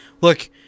Look